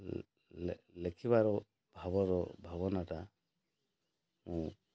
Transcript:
ଲେଖିବାର ଭାବର ଭାବନାଟା ମୁଁ